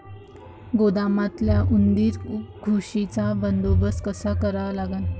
गोदामातल्या उंदीर, घुशीचा बंदोबस्त कसा करा लागन?